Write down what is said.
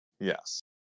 Yes